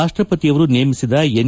ರಾಷ್ಲಪತಿಯವರು ನೇಮಿಸಿದ ಎನ್